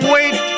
Wait